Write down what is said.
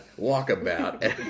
walkabout